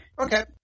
Okay